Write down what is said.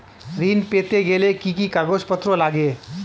ঋণ পেতে গেলে কি কি কাগজপত্র লাগে?